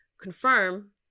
confirm